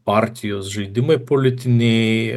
partijos žaidimai politiniai